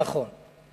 נכון.